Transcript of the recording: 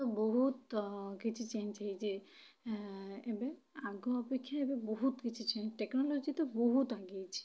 ତ ବହୁତ କିଛି ଚେଞ୍ଜ ହେଇଛି ଏବେ ଆଗ ଅପେକ୍ଷା ଏବେ ବହୁତ କିଛି ଟେକ୍ନୋଲୋଜି ତ ବହୁତ ଆଗେଇଛି